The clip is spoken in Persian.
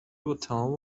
باتمام